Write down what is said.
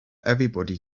everybody